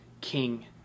king